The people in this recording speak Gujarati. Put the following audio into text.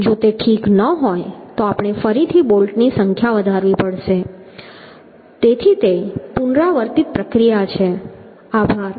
જો તે ઠીક ન હોય તો આપણે ફરીથી બોલ્ટની સંખ્યા વધારવી પડશે તેથી તે પુનરાવર્તિત પ્રક્રિયા છે